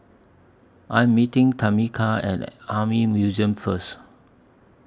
I Am meeting Tamica At Army Museum First